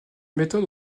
méthodes